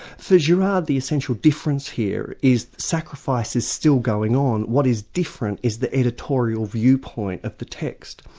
for girard the essential difference here is sacrifice is still going on what is different is the editorial viewpoint of the text.